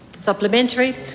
Supplementary